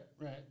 right